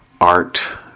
art